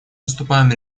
выступаем